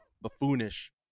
buffoonish